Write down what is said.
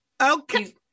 Okay